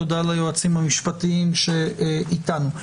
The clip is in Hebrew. תודה ליועצים המשפטיים שאתנו.